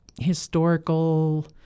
Historical